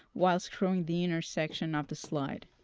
while screwing the inner section of the slide.